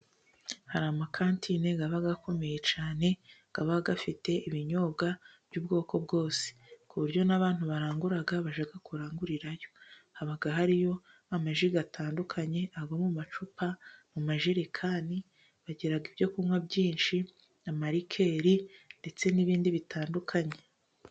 Hari amakantine aba akomeye cyane aba afite ibinyobwa by'ubwoko bwose, ku buryo n'abantu barangura bajya kurangurirayo. Haba hariyo amaji atandukanye, ayo mu macupa, mu majerekani. Bagira ibyo kunywa byinshi, amarikeri ndetse n'ibindi bitandukanye.